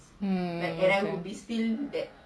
um oh